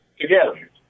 Together